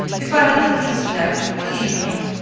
if i had the least doubt, believe me,